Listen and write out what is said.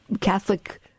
Catholic